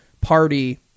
party